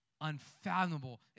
unfathomable